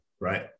Right